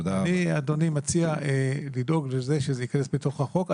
אני מציע לדאוג לזה שזה יכנס לתוך החוק.